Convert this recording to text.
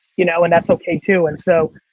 you know and that's okay, too. and so,